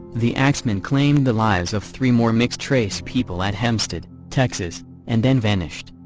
the axman claimed the lives of three more mixed-race people at hempstead, texas and then vanished.